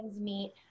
meet